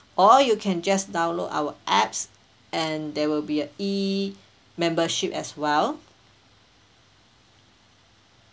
or you can just download our apps and there will be a E membership as well